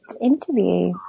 interview